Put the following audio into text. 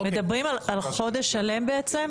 מדברים על חודש שלם בעצם?